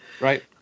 Right